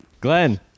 Glenn